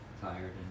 tired